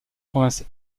province